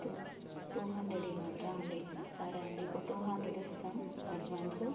two two hundred ఇవ్వమంటారా అండీ సరే అండీ ఇప్పుడు టూ హండ్రెడ్ ఇస్తాము అడ్వాన్స్